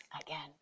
again